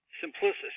Simplicity